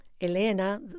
Elena